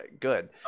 good